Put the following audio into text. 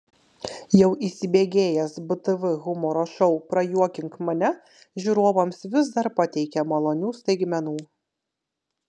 jau įsibėgėjęs btv humoro šou prajuokink mane žiūrovams vis dar pateikia malonių staigmenų